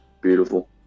beautiful